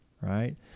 right